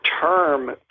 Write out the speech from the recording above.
term